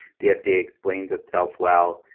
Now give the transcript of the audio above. the fda explains itself well.